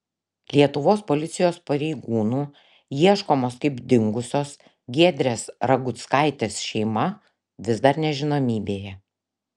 lietuvos policijos pareigūnų ieškomos kaip dingusios giedrės raguckaitės šeima vis dar nežinomybėje